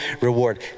reward